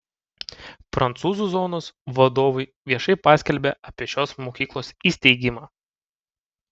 prancūzų zonos vadovai viešai paskelbė apie šios mokyklos įsteigimą